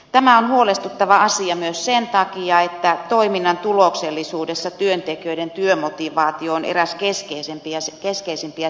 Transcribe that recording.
tämä on huolestuttava asia myös sen takia että toiminnan tuloksellisuudessa työntekijöiden työmotivaatio on eräs keskeisimpiä selittäviä tekijöitä